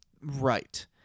right